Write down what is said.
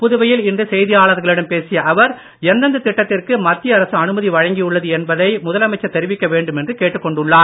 புதுவையில் இன்று செய்தியாளர்களிடம் பேசிய அவர் எந்தெந்த திட்டத்திற்கு மத்திய அரசு அனுமதி வழங்கியுள்ளது என்பதை முதல்வர் தெரிவிக்க வேண்டுமென்று கேட்டுக்கொண்டுள்ளார்